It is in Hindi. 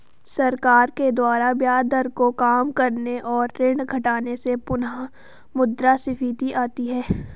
सरकार के द्वारा ब्याज दर को काम करने और ऋण घटाने से पुनःमुद्रस्फीति आती है